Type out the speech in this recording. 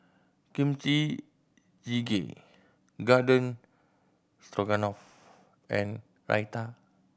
Kimchi Jjigae Garden Stroganoff and Raita